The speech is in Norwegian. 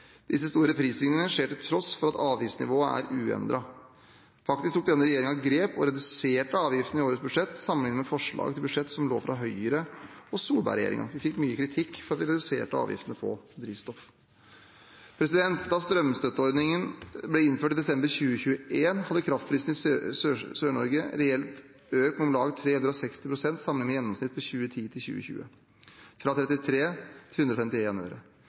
Disse store prissvingningene skjer til tross av at avgiftsnivået er uendret. Faktisk tok denne regjeringen grep og reduserte avgiftene i årets budsjett sammenlignet med forslaget til budsjett som forelå fra Høyre og Solberg-regjeringen. Vi fikk mye kritikk for at vi reduserte avgiftene på drivstoff. Da strømstøtteordningen ble innført i desember 2021 hadde kraftprisene i Sør-Norge reelt økt med om lag 360 pst. sammenlignet med et gjennomsnitt for 2010–2020, fra 33 øre til